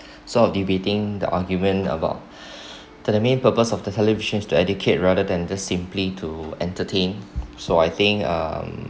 sort of debating the argument about to the main purpose of the television is to educate rather than just simply to entertain so I think um